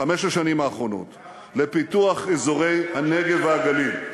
בחמש השנים האחרונות בפיתוח אזורי הנגב והגליל.